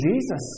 Jesus